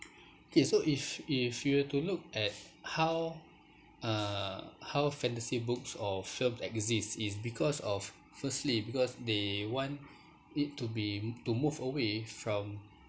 K so if if you were to look at how uh how fantasy books or film exist it's because of firstly because they want it to be to move away from